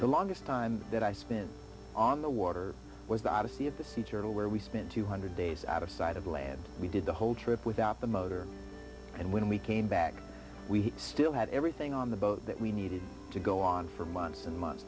the longest time that i spent on the water was the odyssey of the sea turtle where we spent two hundred dollars days out of sight of land we did the whole trip without the motor and when we came back we still had everything on the boat that we needed to go on for months and months